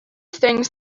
things